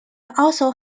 also